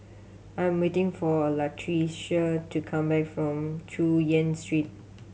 I'm waiting for Latricia to come back from Chu Yen Street